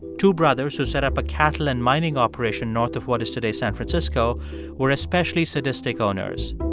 two brothers who set up a cattle and mining operation north of what is today san francisco were especially sadistic owners.